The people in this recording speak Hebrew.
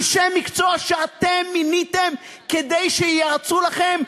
אנשי מקצוע שאתם מיניתם כדי שייעצו לכם,